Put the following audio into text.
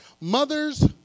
mothers